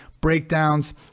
breakdowns